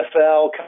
NFL